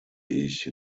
ich